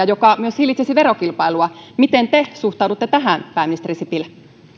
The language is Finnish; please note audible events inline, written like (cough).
(unintelligible) joka myös hillitsisi verokilpailua miten te suhtaudutte tähän pääministeri sipilä